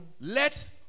Let